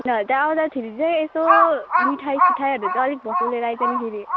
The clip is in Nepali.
नभए त्यहाँ आउँदाखेरि चाहिँ यसो मिठाईसिठाई अलिक भक्कु लिएर आइज नि फेरि